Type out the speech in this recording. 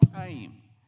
time